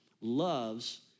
loves